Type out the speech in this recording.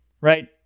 right